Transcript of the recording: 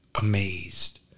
amazed